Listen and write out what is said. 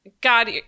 God